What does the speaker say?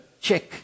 check